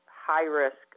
high-risk